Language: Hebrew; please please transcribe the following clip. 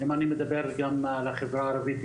אם אני מדבר על החברה הערבית,